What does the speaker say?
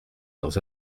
dans